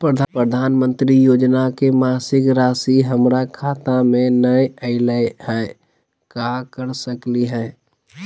प्रधानमंत्री योजना के मासिक रासि हमरा खाता में नई आइलई हई, का कर सकली हई?